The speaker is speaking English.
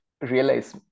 realize